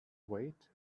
wait